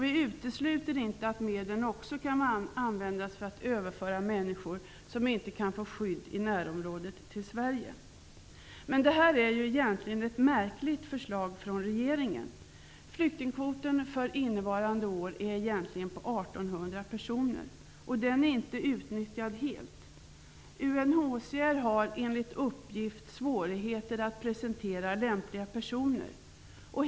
Vi utesluter inte att medlen också kan användas för att överföra människor som inte kan få skydd i närområdet till Det här är egentligen ett märkligt förslag från regeringen. Flyktingkvoten för innevarande år uppgår egentligen till 1 800 personer. Den är inte helt utnyttjad. Enligt uppgift har UNHCR svårigheter att presentera lämpliga personer.